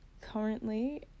Currently